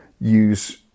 use